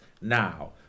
now